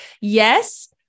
Yes